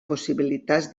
possibilitats